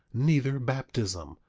neither baptism.